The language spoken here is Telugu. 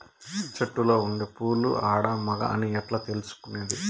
చెట్టులో ఉండే పూలు ఆడ, మగ అని ఎట్లా తెలుసుకునేది?